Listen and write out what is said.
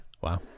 wow